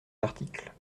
l’article